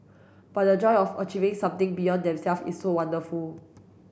but the joy of achieving something beyond them self is so wonderful